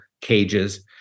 cages